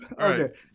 okay